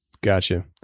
Gotcha